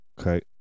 Okay